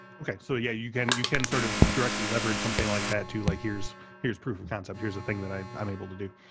okay. so yeah, you can you can sort of directly leverage something like that too. like here's here's proof of concept. here's the thing that i'm i'm able to do.